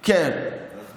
כי עני זה דבר יחסי.